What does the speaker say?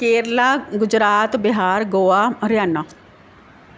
Kerala Gujarat Bihar Goa Haryana